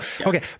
okay